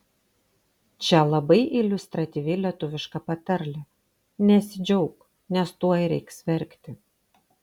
čia labai iliustratyvi lietuviška patarlė nesidžiauk nes tuoj reiks verkti